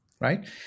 right